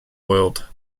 world